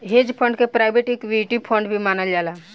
hedge fund के private equity fund भी मानल जाला